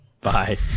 Bye